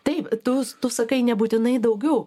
taip tu tu sakai nebūtinai daugiau